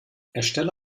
erstelle